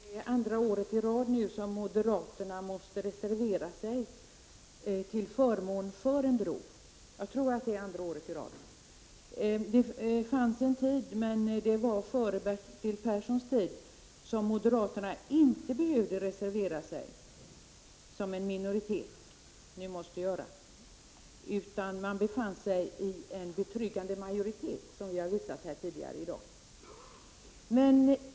Herr talman! Jag tror att det nu är andra året i följd som moderaterna måste reservera sig till förmån för en bro. Det fanns en tid — men det var innan Bertil Persson blev riksdagsledamot — som moderaterna inte behövde reservera sig, vilket man ju gör när man är i minoritet. De ingick då i en betryggande majoritet, som vi har visat tidigare här i dag.